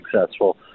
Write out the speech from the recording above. successful